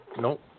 Nope